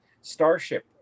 Starship